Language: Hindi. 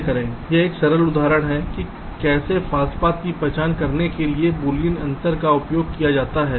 यह एक सरल उदाहरण है कि कैसे फॉल्स पाथ की पहचान करने के लिए बूलियन अंतर का उपयोग किया जा सकता है